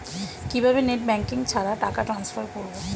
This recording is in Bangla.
কিভাবে নেট ব্যাঙ্কিং ছাড়া টাকা ট্রান্সফার করবো?